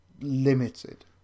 limited